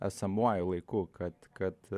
esamuoju laiku kad kad